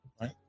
right